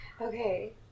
okay